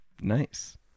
nice